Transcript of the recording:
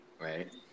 Right